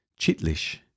Chitlish